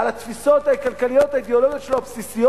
על התפיסות הכלכליות האידיאולוגיות הבסיסיות